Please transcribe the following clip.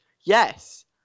yes